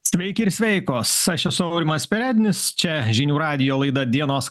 sveiki ir sveikos aš esu aurimas perednis čia žinių radijo laida dienos